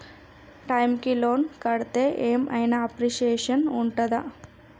Time కి loan కడ్తే ఏం ఐనా అప్రిషియేషన్ ఉంటదా?